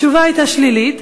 התשובה הייתה שלילית,